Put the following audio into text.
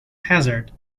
hazard